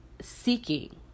seeking